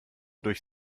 durch